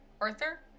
Arthur